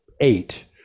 eight